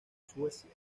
suecia